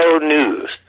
News